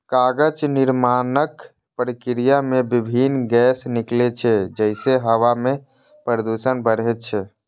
कागज निर्माणक प्रक्रिया मे विभिन्न गैस निकलै छै, जइसे हवा मे प्रदूषण बढ़ै छै